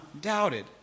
doubted